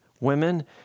women